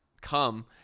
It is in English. come